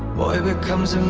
boy becomes